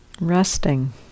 Resting